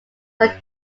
were